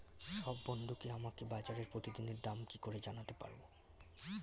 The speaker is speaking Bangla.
সব বন্ধুকে আমাকে বাজারের প্রতিদিনের দাম কি করে জানাতে পারবো?